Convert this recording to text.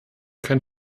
kein